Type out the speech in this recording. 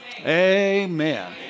Amen